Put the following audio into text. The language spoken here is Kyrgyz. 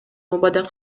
убада